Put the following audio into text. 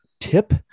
tip